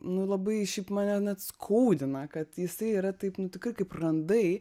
nu labai šiaip mane net skaudina kad jisai yra taip nu tikrai kaip randai